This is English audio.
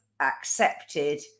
accepted